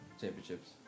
championships